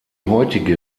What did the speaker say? heutige